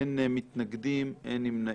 אין מתנגדים, אין נמנעים.